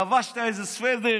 לבשת איזה סוודר